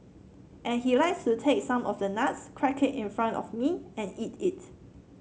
and he likes to take some of the nuts crack it in front of me and eat it